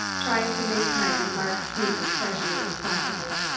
trying to make my remark seem as casual as possible.